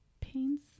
pains